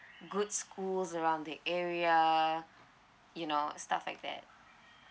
good schools around the area you know stuff like that